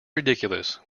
ridiculous